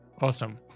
Awesome